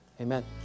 Amen